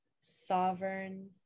sovereign